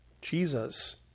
Jesus